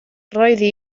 roeddwn